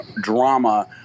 drama